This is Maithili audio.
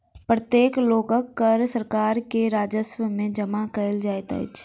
प्रत्येक लोकक कर सरकार के राजस्व में जमा कयल जाइत अछि